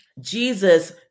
Jesus